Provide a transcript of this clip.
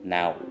now